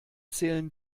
zählen